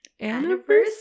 anniversary